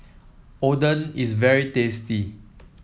oden is very tasty